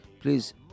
please